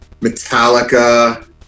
Metallica